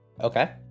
Okay